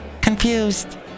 confused